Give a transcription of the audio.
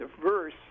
diverse